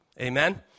Amen